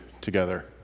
together